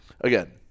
again